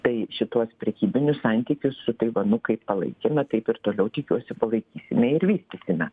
tai šituos prekybinius santykius su taivanu kaip palaikėme taip ir toliau tikiuosi palaikysime ir vystysime